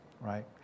right